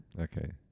okay